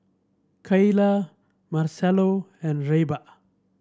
Kaila Marcelo and Reba